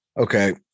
okay